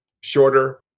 Shorter